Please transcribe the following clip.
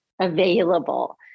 available